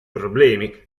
problemi